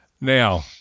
Now